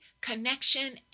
connection